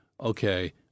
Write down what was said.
okay